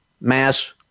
mass